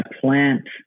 plant